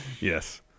yes